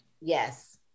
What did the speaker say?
Yes